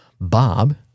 Bob